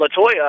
Latoya